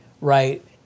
right